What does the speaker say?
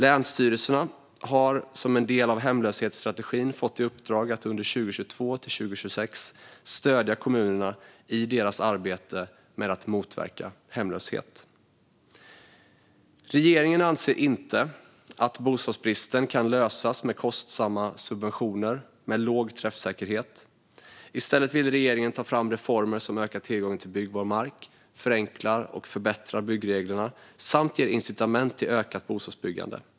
Länsstyrelserna har, som en del av hemlöshetsstrategin, fått i uppdrag att under 2022-2026 stödja kommunerna i deras arbete med att motverka hemlöshet. Regeringen anser inte att bostadsbristen kan lösas med kostsamma subventioner med låg träffsäkerhet. I stället vill regeringen ta fram reformer som ökar tillgången till byggbar mark, förenklar och förbättrar byggreglerna samt ger incitament till ökat bostadsbyggande.